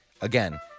Again